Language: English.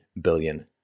billion